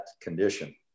condition